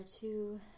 two